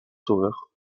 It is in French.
sauveur